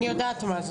אני יודעת מה זה.